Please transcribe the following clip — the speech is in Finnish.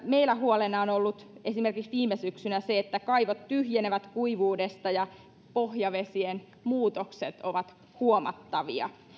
meillä huolena on ollut esimerkiksi viime syksynä se että kaivot tyhjenevät kuivuudesta ja pohjavesien muutokset ovat huomattavia